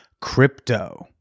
crypto